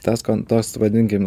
tas tos vadinkim